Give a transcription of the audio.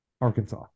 Arkansas